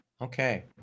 Okay